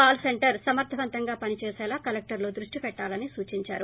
call centre సమర్దవంతంగా పని చేసేలా కలెక్టర్లు దృష్టి పెట్టాలని సూచించారు